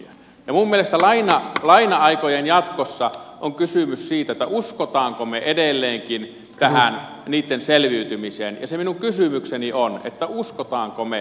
minun mielestäni laina aikojen jatkossa on kysymys siitä uskommeko me edelleenkin niitten selviytymiseen ja se minun kysymykseni on että uskommeko me